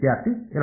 ವಿದ್ಯಾರ್ಥಿ 2